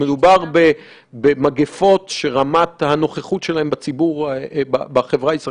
אנשי מקצוע שהם כנראה יותר